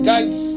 Guys